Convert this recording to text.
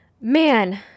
Man